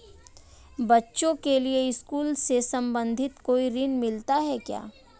बच्चों के लिए स्कूल से संबंधित कोई ऋण मिलता है क्या?